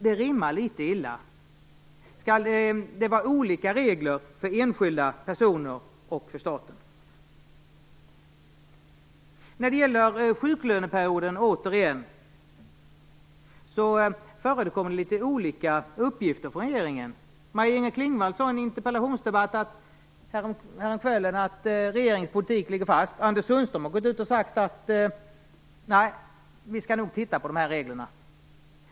Det rimmar litet illa. Skall det vara olika regler för enskilda personer och för staten? När det gäller sjuklöneperioden, återigen, vill jag säga att det förekommer litet olika uppgifter från regeringen. Maj-Inger Klingvall sade i en interpellationsdebatt häromkvällen att regeringens politik ligger fast. Anders Sundström har gått ut och sagt att man skall titta på reglerna.